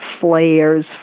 flares